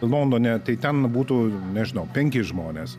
londone tai ten būtų nežinau penkis žmones